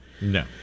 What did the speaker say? No